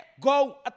go